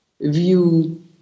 view